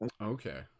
okay